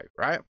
right